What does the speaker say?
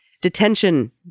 detention